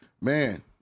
man